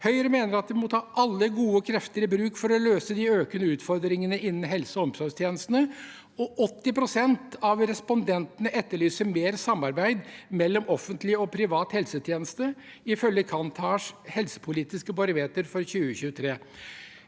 Høyre mener at vi må ta alle gode krefter i bruk for å løse de økende utfordringene innen helse- og omsorgstjenestene. 80 pst. av respondentene etterlyser mer samarbeid mellom offentlig og privat helsetjeneste, ifølge Kantars helsepolitiske barometer for 2023.